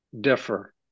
differ